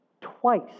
twice